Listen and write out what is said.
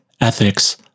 ethics